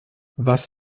was